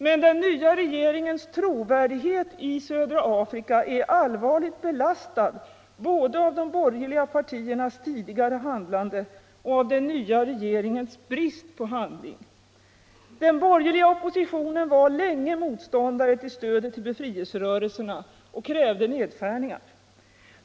Men den nya regeringens trovärdighet i södra Afrika är allvarligt belastad både av de borgerliga partiernas tidigare handlande och av den nya regeringens brist på handling. Den borgerliga oppositionen var länge motståndare till stödet till befrielserörelserna och krävde nedskärningar.